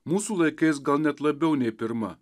mūsų laikais gal net labiau nei pirma